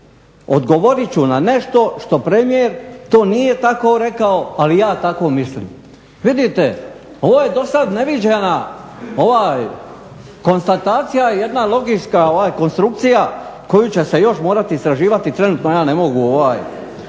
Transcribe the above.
"Odgovorit ću na nešto što premijer to nije tako rekao, ali ja tako mislim." Vidite, ovo je dosad neviđena konstatacija i jedna logička konstrukcija koju će se još morati istraživati i trenutno ja ne mogu.